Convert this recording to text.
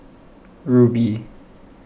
Rubi